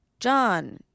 john